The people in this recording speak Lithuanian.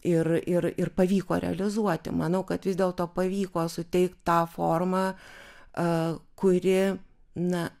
ir ir ir pavyko realizuoti manau kad vis dėlto pavyko suteikt tą formą a kuri na